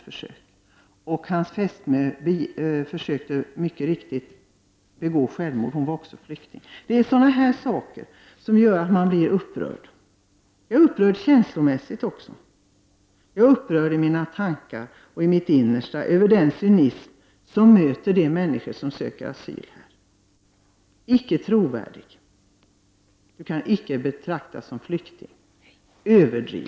Hans fästmö var också flykting, och hon försökte mycket riktigt begå självmord. Det är sådant som gör att man blir upprörd. Jag är också upprörd känslomässigt. Jag är upprörd i mina tankar och i mitt innersta över den cynism som möter de människor som söker asyl i Sverige. De får höra att de icke är trovärdiga, att de icke kan betraktas som flyktingar och att deras uppgifter är överdrivna.